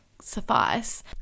suffice